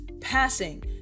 passing